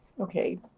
Okay